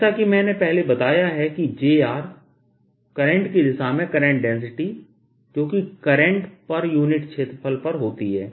जैसा कि मैंने पहले बताया है कि jr करंट की दिशा में करंट डेंसिटी जो कि करंट पर यूनिट क्षेत्रफल पर होती है